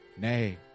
Nay